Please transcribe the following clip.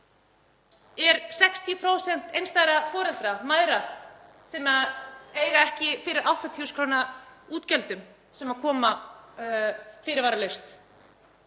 við 60% einstæðra foreldra, mæðra sem eiga ekki fyrir 80.000 kr. útgjöldum sem koma fyrirvaralaust,